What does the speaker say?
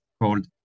called